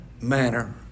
manner